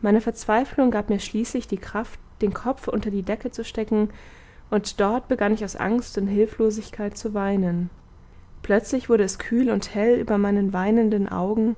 meine verzweiflung gab mir schließlich die kraft den kopf unter die decke zu stecken und dort begann ich aus angst und hülflosigkeit zu weinen plötzlich wurde es kühl und hell über meinen weinenden augen